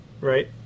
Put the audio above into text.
right